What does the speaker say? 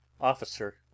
officer